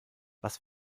was